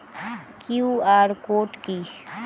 QR code কি?